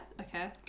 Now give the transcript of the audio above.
Okay